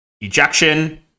Ejection